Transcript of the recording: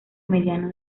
mediano